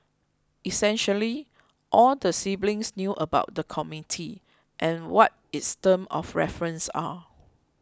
essentially all the siblings knew about the committee and what its terms of reference are